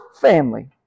family